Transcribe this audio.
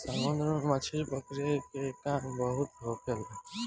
समुन्द्र में मछली पकड़े के काम बहुत होखेला